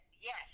Yes